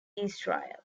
israel